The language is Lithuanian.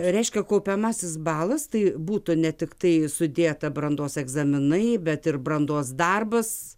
reiškia kaupiamasis balas tai būtų ne tiktai sudėta brandos egzaminai bet ir brandos darbas